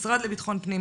משרד לביטחון פנים,